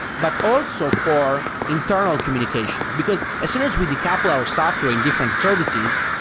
but also for internal communication. because as soon as we decouple our software in different services,